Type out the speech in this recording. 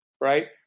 right